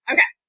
Okay